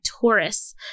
taurus